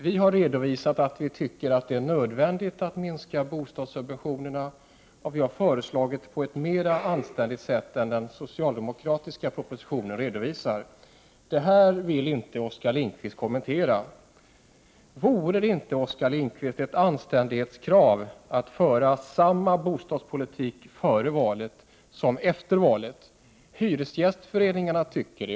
Vi har redovisat att vi tycker att det är nödvändigt att minska bostadssubventionerna, och vi har föreslagit det på ett mera anständigt sätt än den socialdemokratiska propositionen redovisar. Detta vill inte Oskar Lindkvist kommentera. Vore det inte, Oskar Lindkvist, ett anständighetskrav att föra samma bostadspolitik före valet som efter valet? Hyresgästföreningarna tycker det.